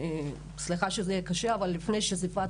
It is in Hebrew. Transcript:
סליחה שזה יהיה קשה והייתי בו